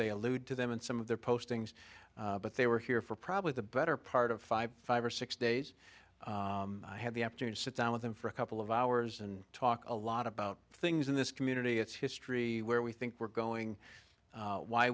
they allude to them in some of their postings but they were here for probably the better part of five five or six days i had the opportunity to sit down with them for a couple of hours and talk a lot about things in this community it's history where we think we're going why w